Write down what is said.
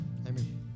amen